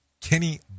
Kenny